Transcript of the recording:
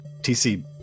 TC